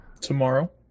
Tomorrow